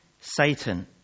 Satan